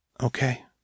Okay